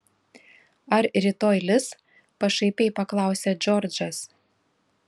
ar rytoj lis pašaipiai paklausė džordžas